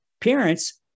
parents